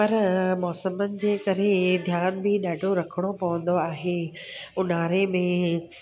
पर मौसमनि जे करे ध्यानु बि ॾाढो रखिणो पवंदो आहे ऊन्हारे में